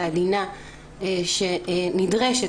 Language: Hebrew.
העדינה שנדרשת,